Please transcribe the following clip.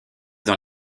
dans